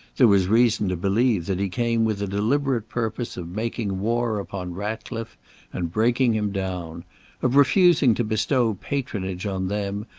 there was reason to believe that he came with a deliberate purpose of making war upon ratcliffe and breaking him down of refusing to bestow patronage on them,